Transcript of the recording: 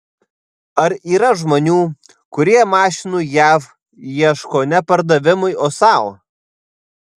ar yra žmonių kurie mašinų jav ieško ne pardavimui o sau